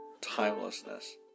timelessness